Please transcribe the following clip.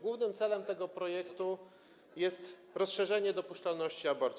Głównym celem tego projektu jest rozszerzenie dopuszczalności aborcji.